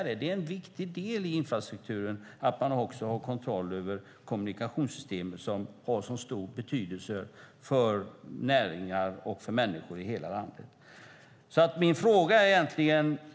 Det är en viktig del i infrastrukturen att vi har kontroll över kommunikationssystemen som har en så stor betydelse för näringar och för människor i hela landet.